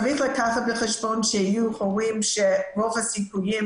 צריך לקחת בחשבון שיהיו הורים שרוב הסיכויים